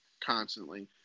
constantly